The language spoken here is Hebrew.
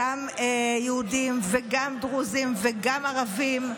גם יהודים וגם דרוזים וגם ערבים,